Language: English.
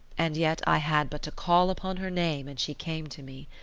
and yet i had but to call upon her name and she came to me.